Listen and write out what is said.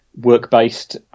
work-based